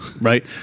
right